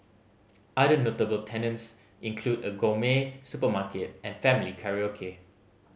other notable tenants include a gourmet supermarket and family karaoke